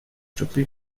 tropic